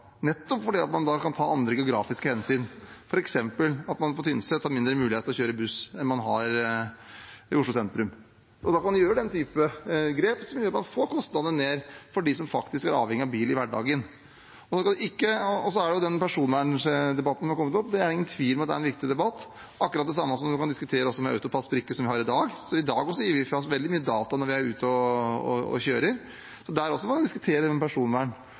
fordi man da kan ta andre geografiske hensyn, f.eks. at man på Tynset har mindre mulighet til å kjøre buss enn man har i Oslo sentrum. Da kan en ta den typen grep som gjør at man får kostnadene ned for dem som faktisk er avhengig av bil i hverdagen. Så er det den personverndebatten som har kommet opp. Det er ingen tvil om at det er en viktig debatt. Akkurat det samme kan man diskutere om AutoPASS-brikker som vi har i dag, også i dag gir vi ifra oss veldig mye data når vi er ute og kjører. Der kan man også diskutere personvern, og også når det gjelder det som har vært løftet fram av representanten Sandtrøen rundt mobilbruk. Det er